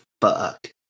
Fuck